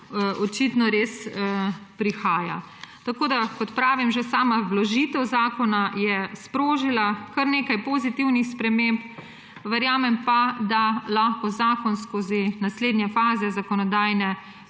očitno res prihaja. Kot pravim, je že sama vložitev zakona sprožila kar nekaj pozitivnih sprememb, verjamem pa, da lahko zakon skozi naslednje faze zakonodajne